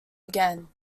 again